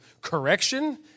correction